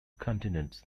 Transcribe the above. continents